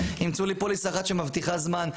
ימצאו לי פוליסה אחת שמבטיחה זמן,